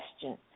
question